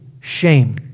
shame